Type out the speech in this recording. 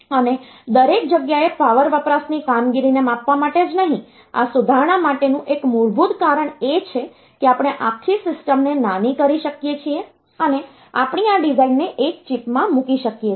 અને દરેક જગ્યાએ પાવર વપરાશની કામગીરીને માપવા માટે જ નહીં આ સુધારણા માટેનું એક મૂળભૂત કારણ એ છે કે આપણે આખી સિસ્ટમને નાની કરી શકીએ છીએ અને આપણી આ ડિઝાઇનને એક ચિપમાં મૂકી શકીએ છીએ